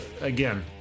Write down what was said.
Again